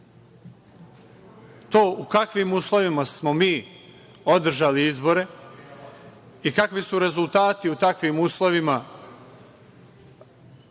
u kakvim uslovima smo mi održali izbore i kakvi su rezultati u takvim uslovima